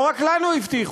לא רק לנו הבטיחו,